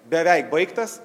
beveik baigtas